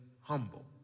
humble